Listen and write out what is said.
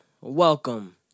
Welcome